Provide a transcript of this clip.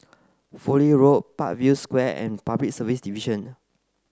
Fowlie Road Parkview Square and Public Service Division